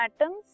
atoms